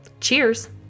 Cheers